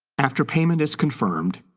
after payment is confirmed,